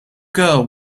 girl